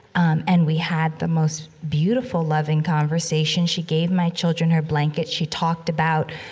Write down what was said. um, and we had the most beautiful, loving conversation. she gave my children her blanket. she talked about,